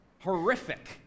horrific